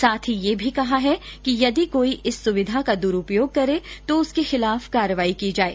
साथ ही यह भी कहा गया है कि यदि कोई इस सुविधा का दुरूपयोग करे तो उसके खिलाफ कार्यवाही की जाये